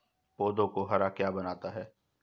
पौधों को हरा क्या बनाता है?